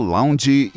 Lounge